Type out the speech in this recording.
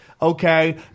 Okay